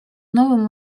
новым